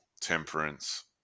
temperance